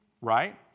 Right